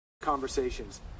conversations